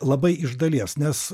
labai iš dalies nes